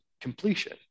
completion